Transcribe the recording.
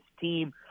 team